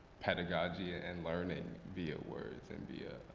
pedagogy ah and learning via words and via